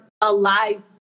alive